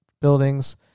buildings